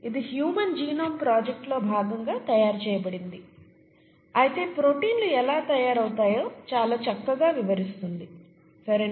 ఇది human genome ప్రాజెక్ట్లో భాగంగా తయారు చేయబడింది అయితే ప్రొటీన్లు ఎలా తయారవుతాయో చాలా చక్కగా వివరిస్తుంది సరేనా